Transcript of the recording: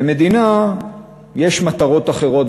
למדינה יש מטרות אחרות,